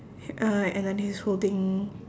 he~ uh and then he's holding